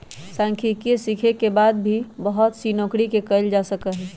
सांख्यिकी के सीखे के बाद बहुत सी नौकरि के कइल जा सका हई